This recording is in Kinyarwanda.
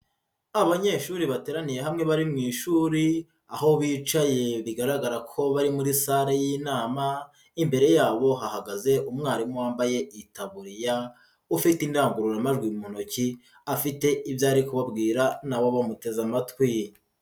Abanyeshuri bateraniye hamwe bari mu ishuri, aho bicaye bigaragara ko bari muri sale y'inama, imbere yabo hahagaze umwarimu wambaye itaburiya, ufite indangururamajwi mu ntoki, afite ibyo ari kubabwira nabo bamuteze amatwi.